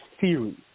theory